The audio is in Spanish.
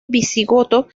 visigodo